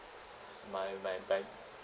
my my bank